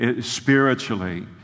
spiritually